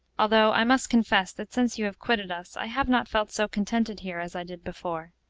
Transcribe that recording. although, i must confess, that since you have quitted us, i have not felt so contented here as i did before.